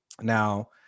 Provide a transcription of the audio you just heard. now